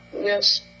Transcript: yes